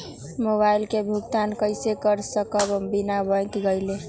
Mobile के भुगतान कईसे कर सकब बिना बैंक गईले?